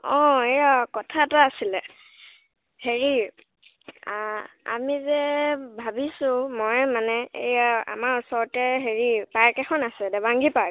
অঁ এয়া কথা এটা আছিলে হেৰি আমি যে ভাবিছোঁ মই মানে এয়া আমাৰ ওচৰতে হেৰি পাৰ্ক এখন আছে দেবাংগী পাৰ্ক